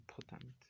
important